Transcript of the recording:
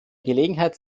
gelegenheit